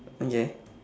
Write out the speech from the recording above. okay